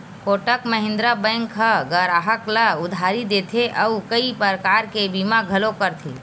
Kotak Mahindra bank ह गराहक ल उधारी देथे अउ कइ परकार के बीमा घलो करथे